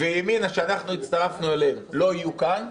וימינה שהצטרפנו אליהם לא יהיו כאן,